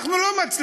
אנחנו לא מצליחים.